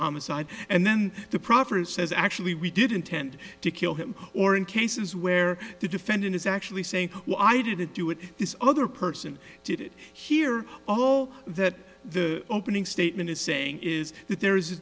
homicide and then the prophet says actually we did intend to kill him or in cases where the defendant is actually saying well i didn't do it this other person did hear all that the opening statement is saying is that there is a